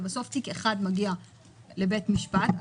ובסוף תיק אחד מגיע לבית משפט,